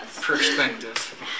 Perspective